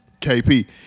KP